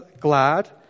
glad